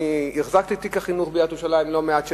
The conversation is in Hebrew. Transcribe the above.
אני החזקתי בתיק החינוך בעיריית ירושלים לא מעט שנים,